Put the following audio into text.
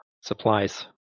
supplies